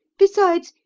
besides,